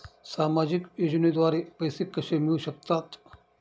सामाजिक योजनेद्वारे पैसे कसे मिळू शकतात?